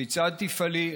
כיצד תפעלי?